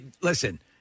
listen